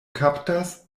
kaptas